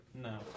no